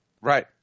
Right